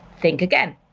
think again.